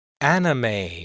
Anime